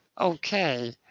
okay